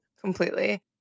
completely